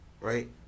Right